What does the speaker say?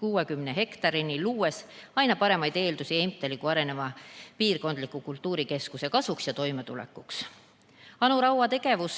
60 hektarini, luues aina paremaid tingimusi Heimtali kui areneva piirkondliku kultuurikeskuse jaoks. Anu Raua tegevus